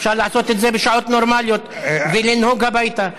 אפשר לעשות את זה בשעות נורמליות ולנהוג הביתה.